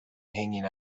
hanging